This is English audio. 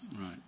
right